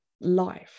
life